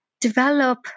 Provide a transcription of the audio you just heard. develop